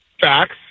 Facts